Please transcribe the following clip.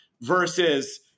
versus